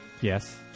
Yes